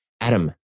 Adam